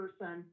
person